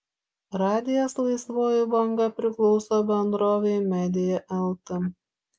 radijas laisvoji banga priklauso bendrovei media lt